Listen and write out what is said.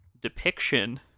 depiction